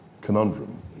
conundrum